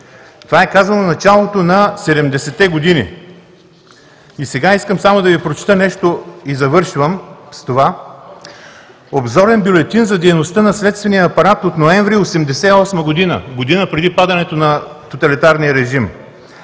Това е казано в началото на 70-те години. И сега, искам само да Ви прочета нещо и завършвам с него. Обзорен бюлетин за дейността на следствения апарат от ноември 1988 г. – година преди падането на тоталитарния режим: